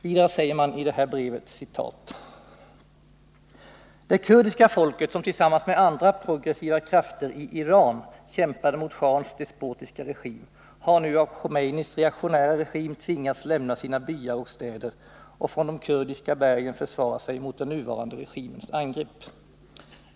Vidare säger man i brevet: ”Det kurdiska folket, som tillsammans med andra progressiva krafter i Iran kämpade mot shahens despotiska regim, har nu av Khomeinis reaktionära regim tvingats lämna sina byar och städer och från de kurdiska bergen försvara sig mot den nuvarande regimens angrepp.